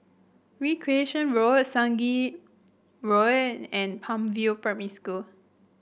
Recreation Road Sungei Road and Palm View Primary School